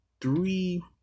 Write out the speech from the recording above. three